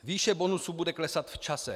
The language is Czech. Výše bonusu bude klesat v čase.